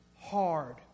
Hard